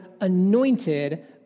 anointed